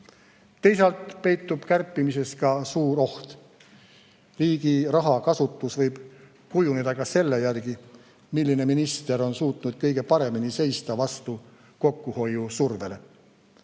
Teisalt peitub kärpimises ka suur oht. Riigi raha kasutus võib kujuneda ka selle järgi, milline minister on suutnud kõige paremini seista vastu kokkuhoiusurvele.